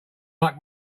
like